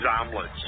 omelets